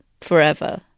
forever